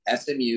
SMU